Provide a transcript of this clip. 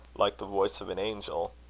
like the voice of an angel.